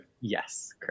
Yes